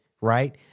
right